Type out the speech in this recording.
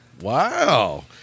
Wow